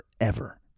forever